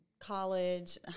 college